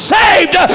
saved